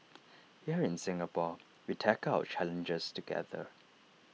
here in Singapore we tackle our challenges together